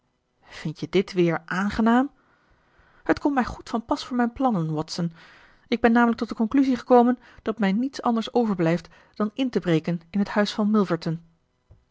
vind je dit weer aangenaam het komt mij goed van pas voor mijn plannen watson ik ben n l tot de conclusie gekomen dat mij niets anders overblijft dan in te breken in het huis van milverton